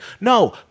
No